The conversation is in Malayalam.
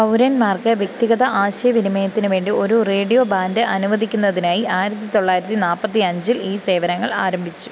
പൗരന്മാർക്ക് വ്യക്തിഗത ആശയ വിനിമയത്തിനു വേണ്ടി ഒരു റേഡിയോ ബാൻഡ് അനുവദിക്കുന്നതിനായി ആയിരത്തി തൊള്ളായിരത്തി നാൽപ്പത്തി അഞ്ചിൽ ഈ സേവനങ്ങൾ ആരംഭിച്ചു